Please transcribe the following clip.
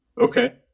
Okay